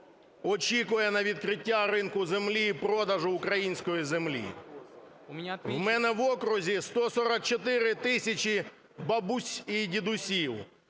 очікує на відкриття ринку землі і продажу української землі. В мене в окрузі 144 тисячі бабусь і дідусів